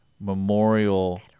Memorial